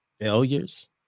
failures